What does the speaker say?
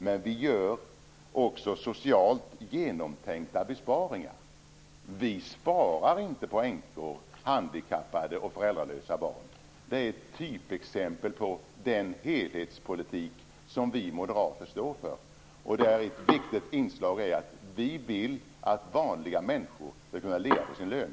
Men vi gör också socialt genomtänkta besparingar. Vi sparar inte på änkor, handikappade och föräldralösa barn. Det är typexempel på den helhetspolitik som vi moderater står för. Ett viktigt inslag är att vi vill att vanliga människor skall kunna leva på sin lön.